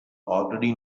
already